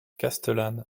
castellane